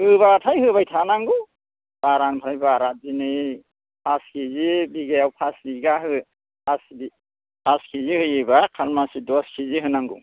होबाथाय होबाय थानांगौ बारानिफ्राय बारा दिनै फास केजि बिगायाव फास बिगा हो फास फास केजि होयोब्ला खालमासि दस केजि होनांगौ